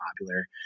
popular